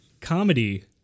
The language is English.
Comedy